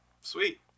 Sweet